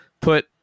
put